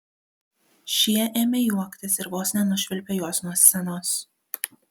šie ėmė juoktis ir vos nenušvilpė jos nuo scenos